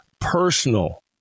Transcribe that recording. personal